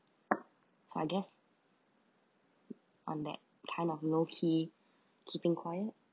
so I guess on that time of low key keeping quiet